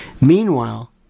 Meanwhile